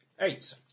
Eight